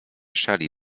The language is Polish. szali